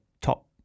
top